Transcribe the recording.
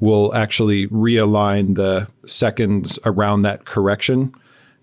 will actually re-align the seconds around that correction